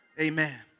amen